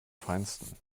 feinsten